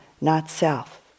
not-self